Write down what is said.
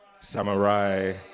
Samurai